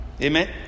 Amen